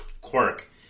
quirk